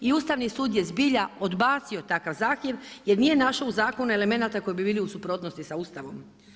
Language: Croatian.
I Ustavni sud je zbilja odbacio takav zahtjev jer nije našao u zakonu elemenata koji bi bili u suprotnosti sa Ustavom.